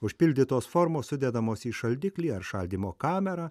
užpildytos formos sudedamos į šaldiklį ar šaldymo kamerą